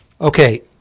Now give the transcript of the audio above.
Okay